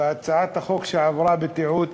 והצעת החוק שעברה בתיעוד,